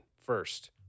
first